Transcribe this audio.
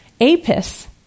Apis